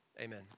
Amen